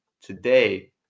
today